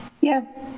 yes